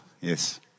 yes